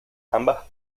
ambas